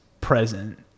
present